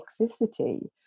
toxicity